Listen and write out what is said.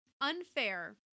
unfair